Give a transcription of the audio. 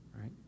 right